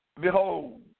Behold